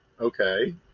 Okay